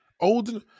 Old